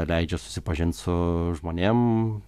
leidžia susipažint su žmonėm